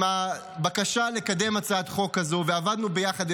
הבקשה לקדם הצעת חוק כזו ועבדנו ביחד.